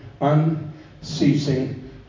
unceasing